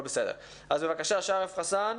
בבקשה, שרף חסאן.